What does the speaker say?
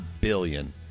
billion